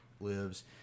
lives